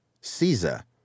Caesar